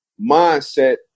mindset